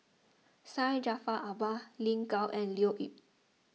Syed Jaafar Albar Lin Gao and Leo Yip